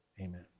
amen